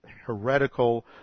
heretical